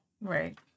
Right